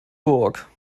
burg